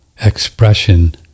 expression